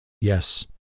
Yes